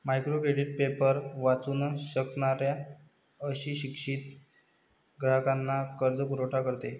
micro credit paper वाचू न शकणाऱ्या अशिक्षित ग्राहकांना कर्जपुरवठा करते